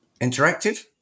Interactive